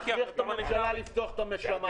נכריח את הממשלה לפתוח את השמים.